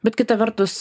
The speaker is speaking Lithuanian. bet kita vertus